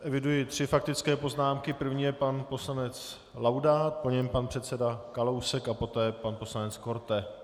Eviduji tři faktické poznámky, první je pan poslanec Laudát, po něm pan předseda Kalousek a poté pan poslanec Korte.